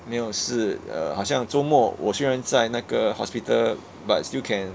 没有事 uh 好像周末我虽然在那个 hospital but still can